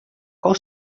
qual